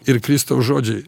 ir kristaus žodžiai